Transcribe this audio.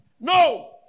No